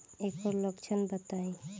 एकर लक्षण बताई?